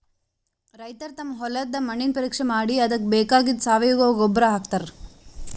ರೈತರ್ ತಮ್ ಹೊಲದ್ದ್ ಮಣ್ಣಿನ್ ಪರೀಕ್ಷೆ ಮಾಡಿ ಅದಕ್ಕ್ ಬೇಕಾಗಿದ್ದ್ ಸಾವಯವ ಗೊಬ್ಬರ್ ಹಾಕ್ತಾರ್